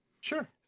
sure